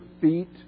feet